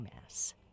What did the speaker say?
Mass